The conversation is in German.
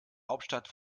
hauptstadt